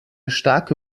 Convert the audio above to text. starke